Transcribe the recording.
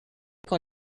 con